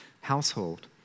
household